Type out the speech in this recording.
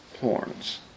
horns